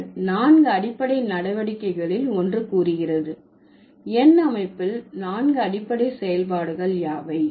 இது நான்கு அடிப்படை நடவடிக்கைகளில் ஒன்று கூறுகிறது எண் அமைப்பில் நான்கு அடிப்படை செயல்பாடுகள் யாவை